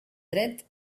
dret